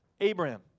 Abraham